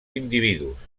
individus